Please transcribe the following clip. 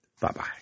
Bye-bye